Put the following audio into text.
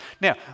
Now